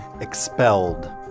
expelled